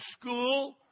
school